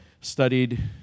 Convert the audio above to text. studied